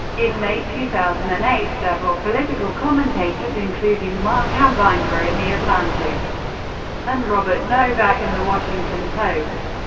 in late two thousand and eight several political commentators, including marc ambinder in the atlantic and robert novak in the washington post,